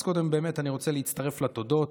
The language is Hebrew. אז, באמת, קודם אני רוצה להצטרף לתודות.